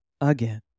Again